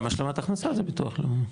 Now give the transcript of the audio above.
גם השלמת הכנסה זה ביטוח לאומי.